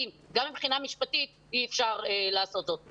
מבחינה משפטית אי אפשר לעשות זאת.